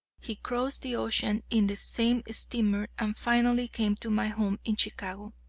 he crossed the ocean in the same steamer, and finally came to my home in chicago.